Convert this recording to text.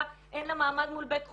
אין לה מעמד מול בית חולים,